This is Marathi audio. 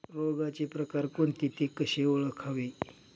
रोगाचे प्रकार कोणते? ते कसे ओळखावे?